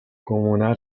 comuna